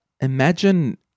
imagine